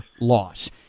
loss